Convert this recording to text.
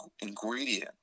ingredient